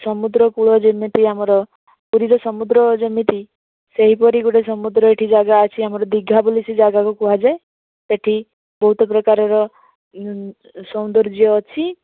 ସମୁଦ୍ରକୂଳ ଯେମିତି ଆମର ପୁରୀରେ ସମୁଦ୍ର ଯେମିତି ସେଇପରି ସମୁଦ୍ର ଭଳି ଗୋଟେ ଜାଗା ଅଛି ଦିଘା ବୋଲି ସେ ଜାଗାକୁ କୁହାଯାଏ ସେଠି ବହୁତ ପ୍ରକାରର ସୌନ୍ଦର୍ଯ୍ୟ ଅଛି